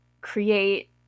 create